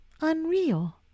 unreal